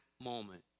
moment